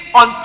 on